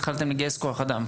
התחלתם לגייס כוח אדם.